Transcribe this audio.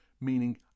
meaning